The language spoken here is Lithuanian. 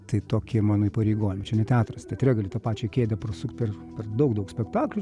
tai tokie mano įpareigojimai čia ne teatras teatre gali tą pačią kėdę prasukt per daug daug spektaklių